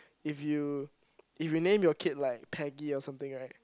if you if you name your kid like Peggy or something right